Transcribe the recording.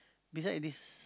beside this